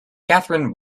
catherine